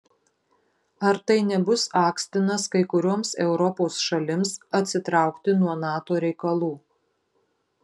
ar tai nebus akstinas kai kurioms europos šalims atsitraukti nuo nato reikalų